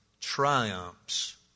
triumphs